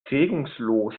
regungslos